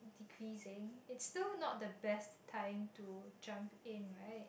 decreasing is still not the best time to jump in right